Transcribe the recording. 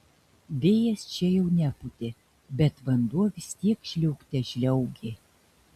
vėjas čia jau nepūtė bet vanduo vis tiek žliaugte žliaugė